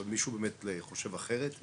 אבל מישהו באמת חושב אחרת?